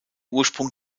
ursprung